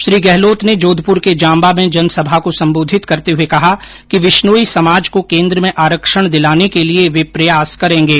श्री गहलोत ने जोधपुर के जांबा में जनसभा को संबोधित करते हुए कहा कि विष्नोई समाज को केंद्र में आरक्षण दिलाने के लिए वे प्रयास करेंगे